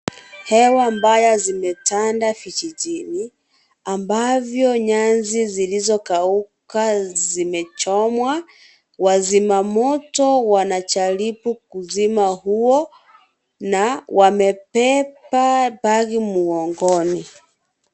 Hewa mbaya zimetanda vijijini. Ambavyo nyasi zilizokauka zimechomwa. Wazimamoto wanajaribu kuzima huo, na wamebeba bagi mgongoni.